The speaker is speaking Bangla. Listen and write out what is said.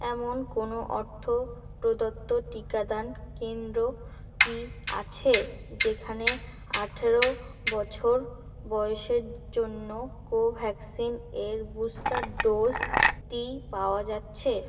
এমন কোনও অর্থ প্রদত্ত টিকাদান কেন্দ্র কি আছে যেখানে আঠেরো বছর বয়সের জন্য কোভ্যাক্সিন এর বুস্টার ডোজটি পাওয়া যাচ্ছে